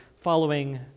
following